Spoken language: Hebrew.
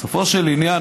בסופו של עניין,